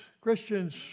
Christians